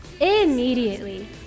immediately